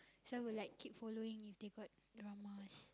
so I would like keep following if they got dramas